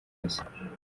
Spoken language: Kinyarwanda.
hose